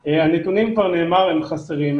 הנתונים, כבר נאמר, הם חסרים.